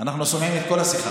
אנחנו שומעים את כל השיחה.